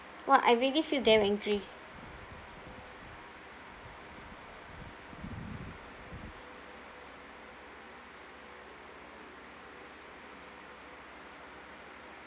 !wah! I really feel damn angry